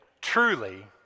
truly